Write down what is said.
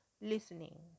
listening